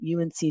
UNC